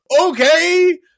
okay